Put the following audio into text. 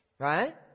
Right